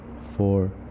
four